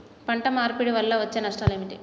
పంట మార్పిడి వల్ల వచ్చే నష్టాలు ఏమిటి?